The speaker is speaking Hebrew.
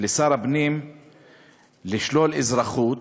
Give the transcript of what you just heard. לשר הפנים לשלול אזרחות.